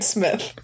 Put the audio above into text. Smith